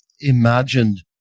imagined